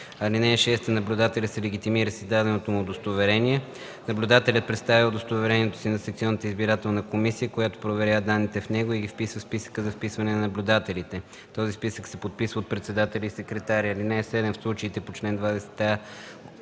данни. (6) Наблюдателят се легитимира с издаденото му удостоверение. Наблюдателят представя удостоверението си на секционната избирателна комисия, която проверява данните в него и ги вписва в списъка за вписване на наблюдателите. Този списък се подписва от председателя и секретаря. (7) В случаите по чл. 20а